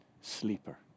sleeper